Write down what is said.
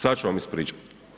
Sad ću vam ispričati.